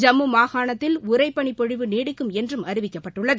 ஜம்மு மாகாணத்தில் உறை பனிப்பொழிவு நீடிக்கும் என்றும் அறிவிக்கப்பட்டுள்ளது